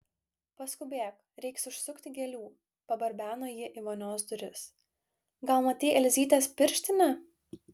paskubėk reiks užsukti gėlių pabarbeno ji į vonios duris gal matei elzytės pirštinę